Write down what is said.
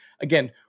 again